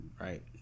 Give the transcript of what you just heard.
right